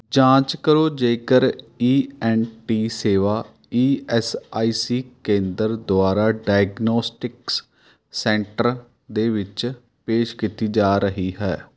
ਜਾਂਚ ਕਰੋ ਜੇਕਰ ਈ ਐੱਨ ਟੀ ਸੇਵਾ ਈ ਐੱਸ ਆਈ ਸੀ ਕੇਂਦਰ ਦੁਆਰਾ ਡਾਇਗਨੌਸਟਿਕਸ ਸੈਂਟਰ ਦੇ ਵਿੱਚ ਪੇਸ਼ ਕੀਤੀ ਜਾ ਰਹੀ ਹੈ